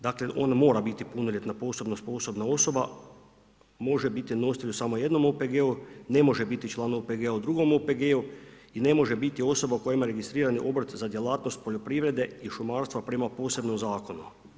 Dakle, on mora biti punoljetna poslovno sposobna osoba, može biti nositelj u samo jednom OPG-u, ne može biti član OPG-a u drugom OPG-u i ne može biti osoba koja ima registrirani obrt za djelatnost poljoprivrede i šumarstva prema posebnom zakonu.